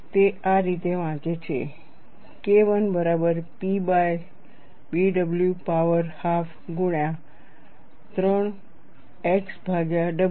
તે આ રીતે વાંચે છે KI બરાબર P by B w power half ગુણ્યા 3 x ભાગ્યા w